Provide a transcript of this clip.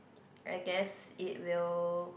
I guess it will